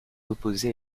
opposé